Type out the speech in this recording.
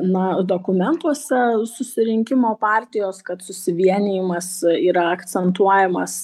na dokumentuose susirinkimo partijos kad susivienijimas yra akcentuojamas